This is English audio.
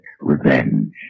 revenge